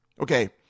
Okay